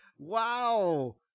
Wow